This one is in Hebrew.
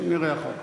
נראה אחר כך.